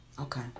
Okay